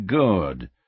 good